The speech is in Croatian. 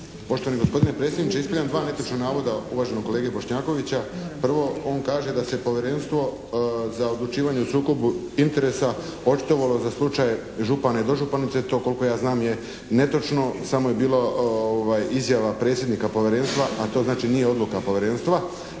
Poštovani gospodine predsjedniče ispravljam dva netočna navoda uvaženog Bošnjakovića. Prvo on kaže da se Povjerenstvo za odlučivanje o sukobu interesa očitovalo za slučaj župana i dožupanice, to koliko ja znam je netočno. Samo je bila izjava predsjednika povjerenstva, a to znači nije odluka povjerenstva.